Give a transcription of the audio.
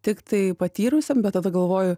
tiktai patyrusiam bet tada galvoju